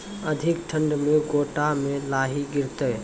अधिक ठंड मे गोटा मे लाही गिरते?